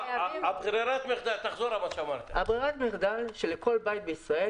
ברירת המחדל היא שלכל בית בישראל